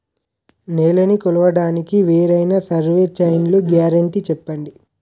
నేలనీ కొలవడానికి వేరైన సర్వే చైన్లు గ్యారంటీ చెప్పండి?